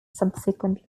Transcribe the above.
subsequently